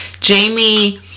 Jamie